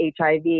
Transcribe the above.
HIV